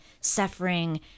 suffering